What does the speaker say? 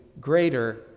greater